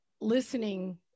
listening